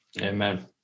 Amen